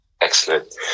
Excellent